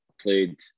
Played